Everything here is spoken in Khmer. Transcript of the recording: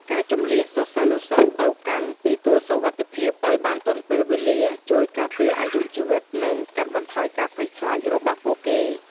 ការជម្លៀសសិស្សានុសិស្សទៅកាន់ទីទួលសុវត្ថិភាពឱ្យបានទាន់ពេលវេលា ជួយការពារអាយុជីវិត និង កាត់បន្ថយការភ័យខ្លាចរបស់ពួកគេ។